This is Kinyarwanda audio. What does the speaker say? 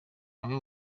bamwe